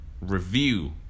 review